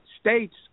states